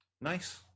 Nice